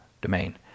domain